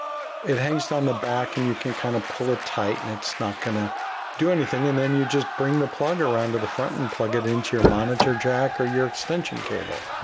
it hangs on the back and you can kind of pull it tight and it's not going to do anything and then you just bring the plug around to the front and plug it into your monitor jack or your extension cable.